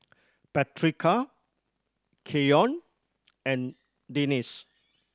Patrica Keion and Denisse